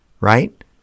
right